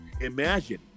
imagine